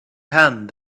hand